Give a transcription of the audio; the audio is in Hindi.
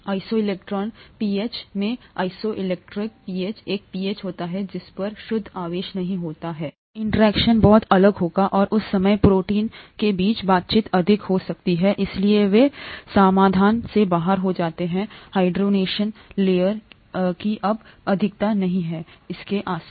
आइसोइलेक्ट्रिक पीएच में आइसोइलेक्ट्रिक पीएच एक पीएच होता है जिस पर शुद्ध आवेश नहीं होता है इंटरैक्शन बहुत अलग होगा और उस समय प्रोटीन के बीच बातचीत अधिक हो सकता है इसलिए वे समाधान से बाहर हो जाते हैंहाइड्रेशन लेयर की अब अधिकता नहीं है इसके आसपास